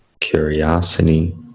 curiosity